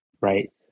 right